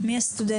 מי הסטודנטית?